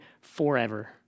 forever